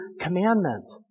commandment